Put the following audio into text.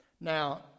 Now